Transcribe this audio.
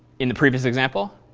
in the previous example?